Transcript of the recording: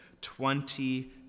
Twenty